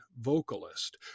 vocalist